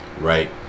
right